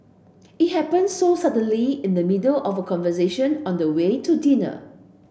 it happened so suddenly in the middle of conversation on the way to dinner